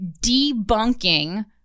debunking